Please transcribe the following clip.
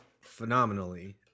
phenomenally